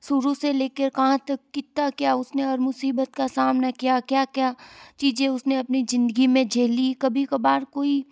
शुरू से ले कर कहाँ तक कितना क्या उसने और मुसीबत का सामना किया क्या क्या चीज़ें उसने अपनी ज़िंदगी में झेली कभी कभार कोई